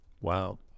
wow